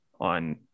on